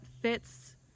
fits